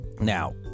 Now